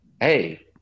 hey –